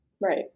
Right